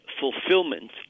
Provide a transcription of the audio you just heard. fulfillment